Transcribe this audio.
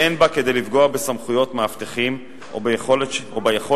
ואין בה כדי לפגוע בסמכויות מאבטחים או ביכולת